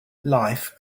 life